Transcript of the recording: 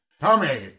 Tommy